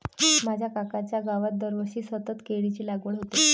माझ्या काकांच्या गावात दरवर्षी सतत केळीची लागवड होते